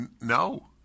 No